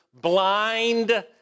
blind